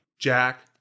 Jack